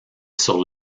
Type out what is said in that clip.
sur